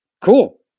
Cool